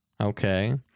okay